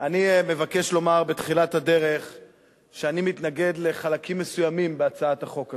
אני מבקש לומר בתחילת הדרך שאני מתנגד לחלקים מסוימים בהצעת החוק הזו.